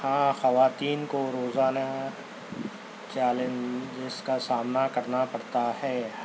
ہاں خواتین کو روزانہ چیلنجز کا سامنا کرنا پڑتا ہے